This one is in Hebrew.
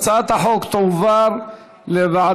ההצעה להעביר את הצעת חוק התקשורת (בזק ושידורים) (תיקון,